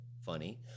funny